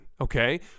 okay